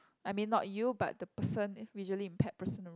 I mean not you but the person visually impaired personal